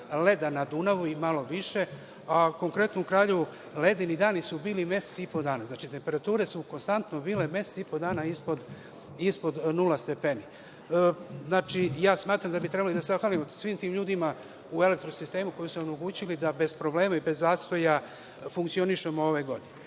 leda na Dunavu, i malo više. Konkretno u Kraljevu ledeni dani su bili mesec i po dana. Temperature su konstantno bile mesec i po dana ispod nula stepeni. Ja smatram da bi trebali da se zahvalimo svim tim ljudima u elektrosistemu, koji su nam omogućili da bez problema i bez zastoja funkcionišemo ove godine. Na